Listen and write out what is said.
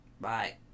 Bye